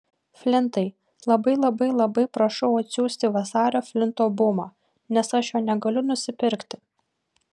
flintai labai labai labai prašau atsiųsti vasario flinto bumą nes aš jo negaliu nusipirkti